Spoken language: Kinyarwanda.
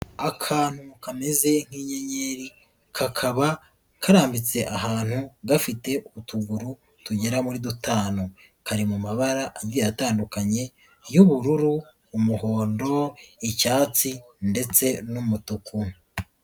Akantu kameze nk'inyenyeri kakaba karambitse ahantu gafite utuguru tugera muri dutanu, kari mu mabara agiye atandukanye y'ubururu, umuhondo, icyatsi ndetse n'umutuku.